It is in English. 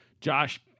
josh